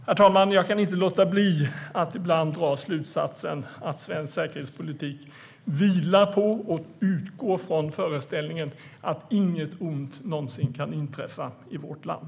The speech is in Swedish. Herr talman! Jag kan inte låta bli att ibland dra slutsatsen att svensk säkerhetspolitik vilar på och utgår från föreställningen att inget ont någonsin kan inträffa i vårt land.